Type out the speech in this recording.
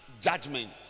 judgment